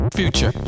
future